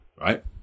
right